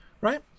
Right